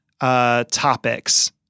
topics